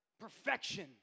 perfection